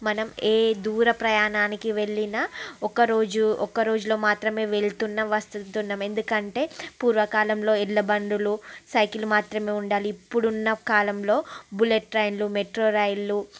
మనం ఏ దూర ప్రయాణానికి వెళ్ళినా ఒకరోజు ఒక్కరోజులో మాత్రమే వెళ్తున్నాం వస్తున్నాం ఎందుకంటే పూర్వకాలంలో ఎడ్ల బండులు సైకిల్ మాత్రమే ఉండాలి ఇప్పుడున్న కాలంలో బుల్లెట్ ట్రైన్లు మెట్రో రైళ్ళు